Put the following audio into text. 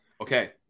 Okay